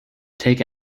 take